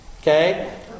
Okay